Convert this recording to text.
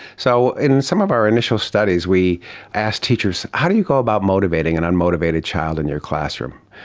so in some of our initial studies we asked teachers how do you go about motivating an unmotivated child in your classroom?